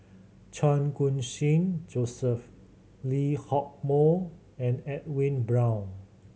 Chan Khun Sing Joseph Lee Hock Moh and Edwin Brown